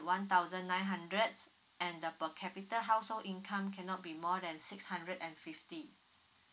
one thousand nine hundred and the per capita household income cannot be more than six hundred and fifty